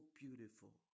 beautiful